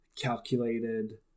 calculated